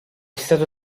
stato